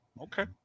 Okay